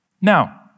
Now